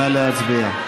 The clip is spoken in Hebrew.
נא להצביע.